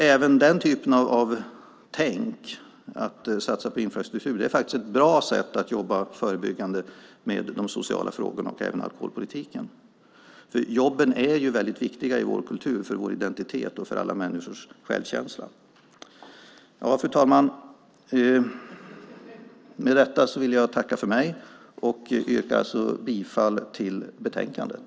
Även den typen av tänkande - att satsa på infrastruktur - är alltså ett bra sätt att jobba förebyggande med de sociala frågorna och även alkoholpolitiken. Jobben är väldigt viktiga i vår kultur för vår identitet och för alla människors självkänsla. Fru talman! Med detta tackar jag för mig och yrkar bifall till förslaget i betänkandet!